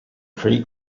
creek